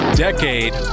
decade